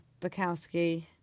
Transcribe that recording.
Bukowski